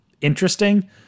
interesting